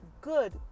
good